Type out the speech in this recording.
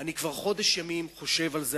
אני כבר חודש ימים חושב על זה,